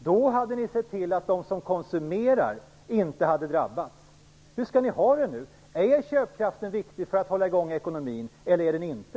Då hade ni sett till att de som konsumerar inte hade drabbats. Hur skall ni ha det nu? Är köpkraften viktig för att hålla i gång ekonomin eller är den det inte?